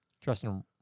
Justin –